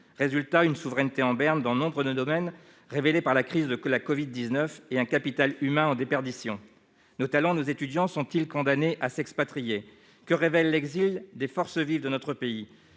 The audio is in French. Résultat : une souveraineté en berne dans nombre de domaines, révélée par la crise du covid-19 et par un capital humain en déperdition. Nos talents et nos étudiants sont-ils condamnés à s'expatrier ? Que révèle l'exil des forces vives de notre pays ?